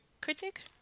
critic